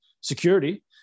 security